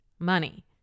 money